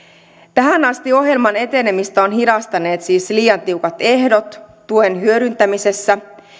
tähän asti ohjelman etenemistä ovat hidastaneet siis liian tiukat ehdot tuen hyödyntämisessä